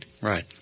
Right